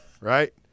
right